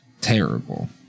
terrible